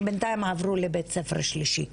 שבינתיים עברו לבית ספר שלישי.